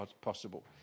possible